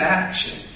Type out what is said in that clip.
action